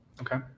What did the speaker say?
Okay